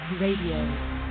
Radio